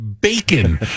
bacon